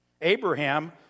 Abraham